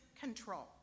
control